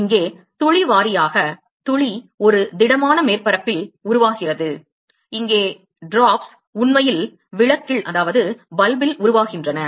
இங்கே துளி வாரியாக துளி ஒரு திடமான மேற்பரப்பில் உருவாகிறது இங்கே துளிகள் சொட்டுகள் உண்மையில் விளக்கில் உருவாகின்றன